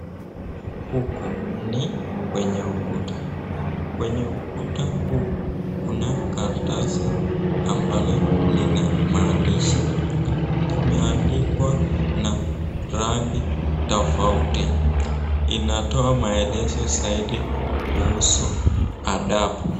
Huku ni kwenye ukuta. Kwenye ukuta huu kuna karatasi ambalo linamaandishi, limeandikwa na rangi tofauti. Inatoa maelezo zaidi kuhusu adabu.